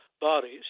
bodies